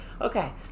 Okay